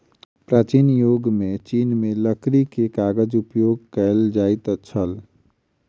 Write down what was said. प्राचीन युग में चीन में लकड़ी के कागज उपयोग कएल जाइत छल